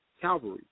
Calvary